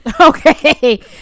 okay